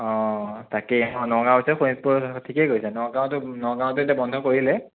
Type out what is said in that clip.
অ তাকেই নগাঁৱত শোণিতপুৰত ঠিকেই কৈছে নগাঁৱত নগাঁৱত এতিয়া বন্ধ কৰিলে